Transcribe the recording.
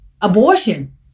Abortion